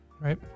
right